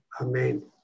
Amen